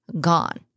Gone